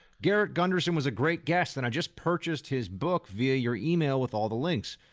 garrett gunderson was a great guest and i just purchased his book via your email with all the links.